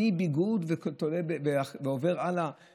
מביגוד ועובר הלאה